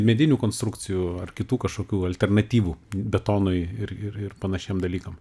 medinių konstrukcijų ar kitų kažkokių alternatyvų betonui ir ir ir panašiem dalykam